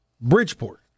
Bridgeport